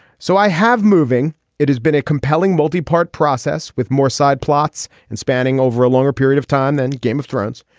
so i have moving. it has been a compelling, multi-part process with more side plots and spanning over a longer period of time than game of thrones.